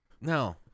no